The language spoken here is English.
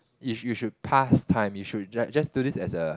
you you should pass time you should just just do this as a